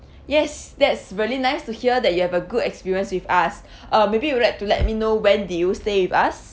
yes that's really nice to hear that you have a good experience with us uh maybe you would like to let me know when did you stay with us